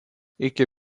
iki